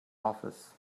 office